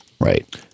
Right